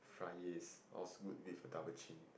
fries yes all's good is a double chin